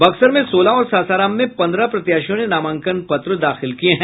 बक्सर मे सोलह और सासाराम में पन्द्रह प्रत्याशियों ने नामांकन पत्र दाखिल किये हैं